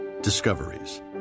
Discoveries